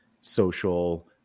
social